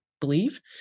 believe